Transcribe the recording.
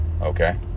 okay